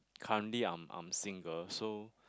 currently I'm I'm single so